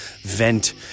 vent